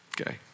okay